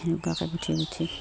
এনেকুৱাকৈ গোঁঠি গোঁঠি